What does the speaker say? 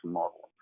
model